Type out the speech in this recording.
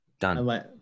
Done